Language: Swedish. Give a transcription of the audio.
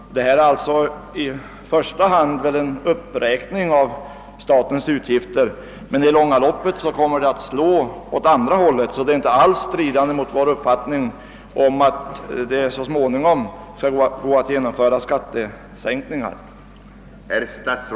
Ett beslut om särskilt stöd åt jordbruket i Norrland innebär visserligen i dag en ökning av statens utgifter, men i det långa loppet kommer en sådan åtgärd att slå åt andra hållet. Vad vi här har föreslagit står därför inte alls i strid mot vår allmänna uppfattning, att det så småningom skall vara möjligt att genomföra skattesänkningar.